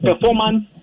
performance